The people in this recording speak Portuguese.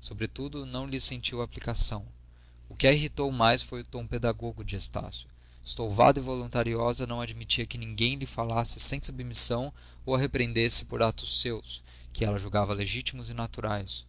sobretudo não lhes sentiu a aplicação o que a irritou mais foi o tom pedagogo de estácio estouvada e voluntariosa não admitia que ninguém lhe falasse sem submissão ou a repreendesse por atos seus que ela julgava legítimos e naturais